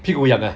屁股痒